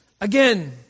Again